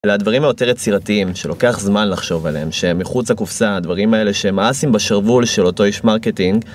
אלה הדברים היותר יצירתיים, שלוקח זמן לחשוב עליהם, שמחוץ הקופסא הדברים האלה שהם האסים בשרוול של אותו איש מרקטינג.